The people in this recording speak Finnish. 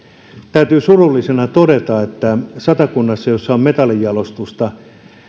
täytyy surullisena todeta että meillä satakunnassa jossa on metallinjalostusta